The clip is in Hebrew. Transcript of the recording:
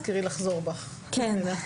אז ככה,